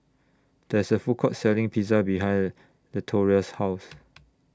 There IS A Food Court Selling Pizza behind Latoria's House